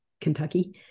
Kentucky